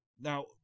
now